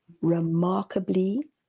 remarkably